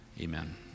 Amen